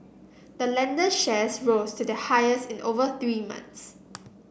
the lender shares rose to their highest in over three months